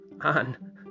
on